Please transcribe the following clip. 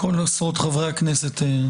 כל עשרות חברי הכנסת כאן.